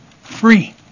free